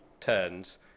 turns